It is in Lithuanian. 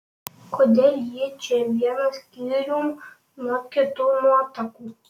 kodėl ji čia viena skyrium nuo kitų nuotakų